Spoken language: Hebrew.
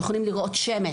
הם יכולים לראות שמש,